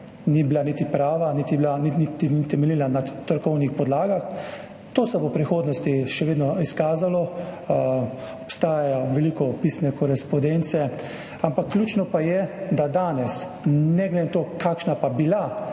ni bila prava niti ni temeljila na strokovnih podlagah. To se bo v prihodnosti še vedno izkazalo, obstaja veliko pisne korespondence. Ključno pa je, da danes, ne glede na to, kakšna je bila